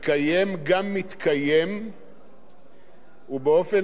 ובאופן האינטנסיבי ביותר.